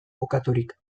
kokaturik